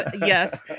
yes